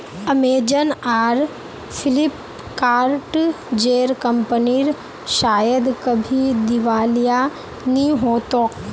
Amazon आर Flipkart जेर कंपनीर शायद कभी दिवालिया नि हो तोक